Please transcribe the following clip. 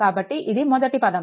కాబట్టి ఇది మొదటి పదం